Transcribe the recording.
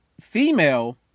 Female